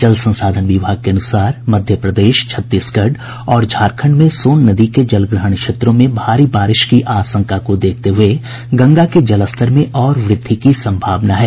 जल संसाधन विभाग के अनुसार मध्यप्रदेश छत्तीसगढ़ और झारखंड में सोन नदी के जलग्रहण क्षेत्रों में भारी बारिश की आशंका को देखते हुए गंगा के जलस्तर में और वृद्धि की संभावना है